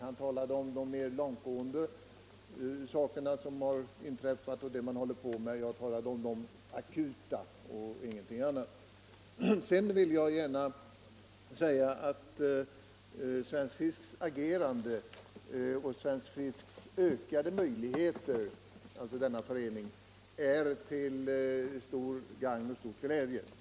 Han talade om de mer långtgående insatser som man håller på med, jag talade om den akuta situationen och ingenting annat. Sedan vill jag gärna säga att Svensk fisks agerande och denna förenings ökade möjligheter är till stort gagn och stor glädje.